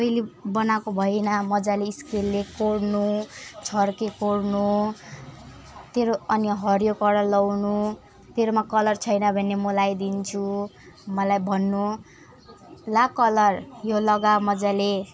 तैँले बनाएको भएन मजाले स्केलले कोर्नु छड्के कोर्नु तेरो अनि हरियो कलर लाउनु तेरोमा कलर छैन भने म लाइदिन्छु मलाई भन्नु ला कलर यो लगा मजाले